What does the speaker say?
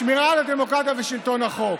שמירה על הדמוקרטיה ושלטון החוק.